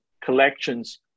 collections